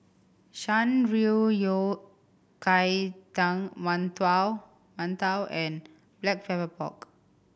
Shan Rui Yao Cai Tang mantou mantou and Black Pepper Pork